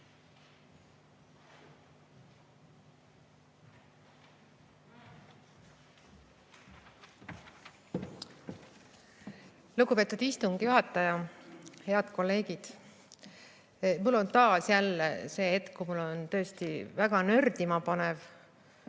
Lugupeetud istungi juhataja! Head kolleegid! Taas on jälle see hetk, kui mul on tõesti väga nördima panev